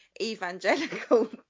evangelical